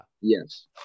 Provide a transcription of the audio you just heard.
yes